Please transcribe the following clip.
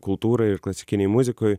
kultūrai ir klasikinėj muzikoj